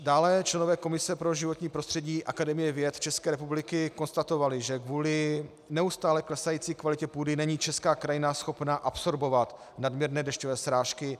Dále členové Komise pro životní prostředí Akademie věd ČR konstatovali, že kvůli neustále klesající kvalitě půdy není česká krajina schopna absorbovat nadměrné dešťové srážky.